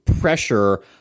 pressure